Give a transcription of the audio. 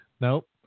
Nope